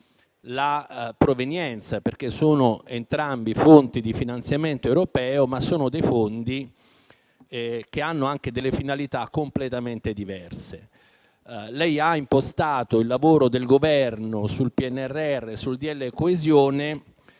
la provenienza, perché sono entrambe fonti di finanziamento europee, ma sono fondi che hanno anche finalità completamente diverse. Lei ha impostato il lavoro del Governo sul PNRR e sul decreto-legge